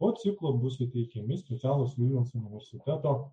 po ciklo bus įteikiami specialūs vilniaus universiteto